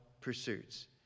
pursuits